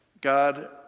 God